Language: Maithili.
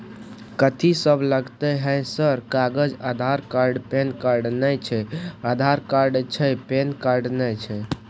कथि सब लगतै है सर कागज आधार कार्ड पैन कार्ड नए छै आधार कार्ड छै पैन कार्ड ना छै?